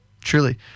truly